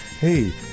hey